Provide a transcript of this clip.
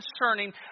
concerning